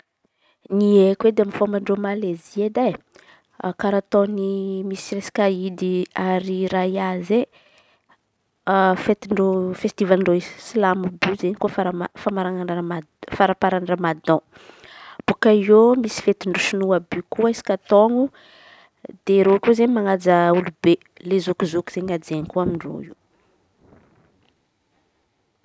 Ny haiko edy amy fomba ataon-dreo Malezia edy e. Karà ataony misy eskaidy ariraia fetindre festivalin-dreo silamo be izy izen̈y. Koa famara farapara famaramparanana ramadan boaka eo misy fetin-dreo sinoa àby eo. Koa resaky taôno de reo koa izen̈y manaja olo-be lezoky zoky izen̈y hajaina koa amin-dreo io.